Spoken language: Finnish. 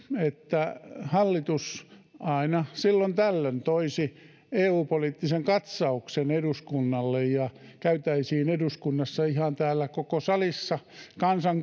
että hallitus aina silloin tällöin toisi eu poliittisen katsauksen eduskunnalle ja käytäisiin eduskunnassa ihan täällä koko kansan